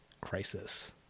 crisis